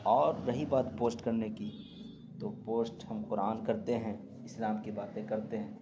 اور رہی بات پوسٹ کرنے کی تو پوسٹ ہم قرآن کرتے ہیں اسلام کی باتیں کرتے ہیں